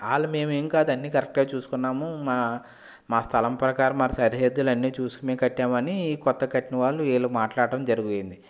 వాళ్ళు మేము ఏమి కాదు అన్ని కరెక్ట్గా చూసుకున్నాము మా స్థలం ప్రకారం మా సరిహద్దులన్నీ చూసుకొని కట్టామని కొత్తగా కట్టిన వాళ్ళు వీళ్ళు మాట్లాడటం జరిగింది